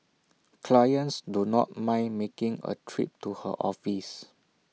clients do not mind making A trip to her office